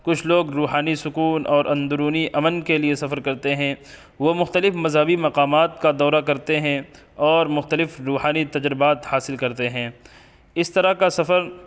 کچھ لوگ روحانی سکون اور اندرونی امن کے لیے سفر کرتے ہیں وہ مختلف مذہبی مقامات کا دورہ کرتے ہیں اور مختلف روحانی تجربات حاصل کرتے ہیں اس طرح کا سفر